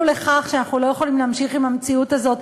לכך שאנחנו לא יכולים להמשיך עם המציאות הזו.